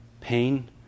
pain